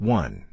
one